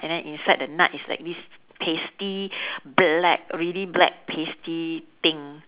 and then inside the nut is like this pasty black really black pasty thing